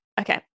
Okay